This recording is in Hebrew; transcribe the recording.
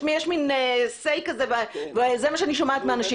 זה מה שאני שומעת מאנשים.